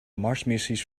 marsmissies